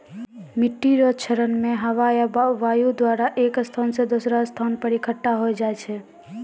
मिट्टी रो क्षरण मे हवा या वायु द्वारा एक स्थान से दोसरो स्थान पर इकट्ठा होय जाय छै